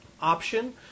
option